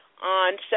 On